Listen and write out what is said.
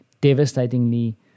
devastatingly